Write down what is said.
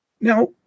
Now